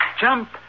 Jump